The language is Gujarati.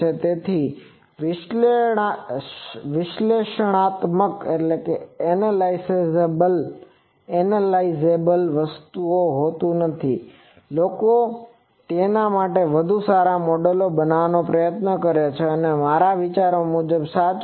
તેથી જ તે વિશ્લેષણાત્મક હોતું નથી લોકો તેના માટે વધુ સારા મોડેલો બનાવાનો પ્રયત્ન કરે છે અને તે મારા વિચારો મુજબ સાચું છે